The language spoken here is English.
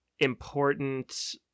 important